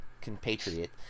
compatriot